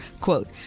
Quote